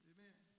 Amen